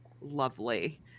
lovely